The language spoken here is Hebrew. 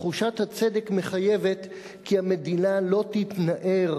תחושת הצדק מחייבת כי המדינה לא תתנער